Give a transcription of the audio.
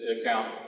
account